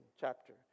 chapter